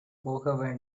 போக